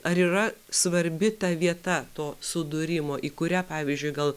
ar yra svarbi ta vieta to sudūrimo į kurią pavyzdžiui gal